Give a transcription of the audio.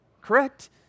correct